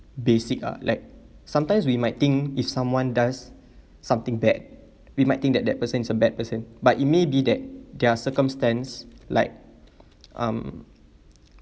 basic ah like sometimes we might think if someone does something bad we might think that that person is a bad person but it may be that their circumstance like um